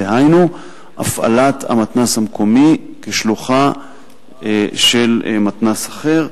דהיינו הפעלת המתנ"ס המקומי כשלוחה של מתנ"ס אחר.